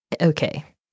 Okay